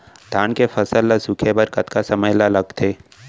धान के फसल ल सूखे बर कतका समय ल लगथे?